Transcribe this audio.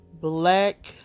black